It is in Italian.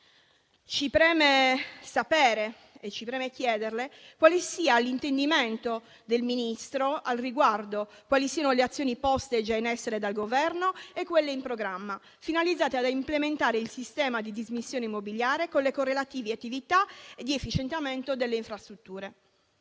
ci preme sapere e chiederle quale sia il suo intendimento al riguardo, quali siano le azioni poste in essere dal Governo e quelle in programma, finalizzate ad implementare il sistema di dismissione immobiliare con le correlative attività di efficientamento delle infrastrutture.